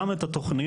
גם את התוכניות,